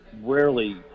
rarely